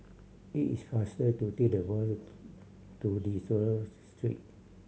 it is faster to take the bus to De Souza Street